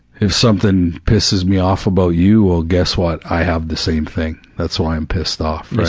if something pisses me off about you, well, guess what, i have the same thing, that's why i'm pissed off, right.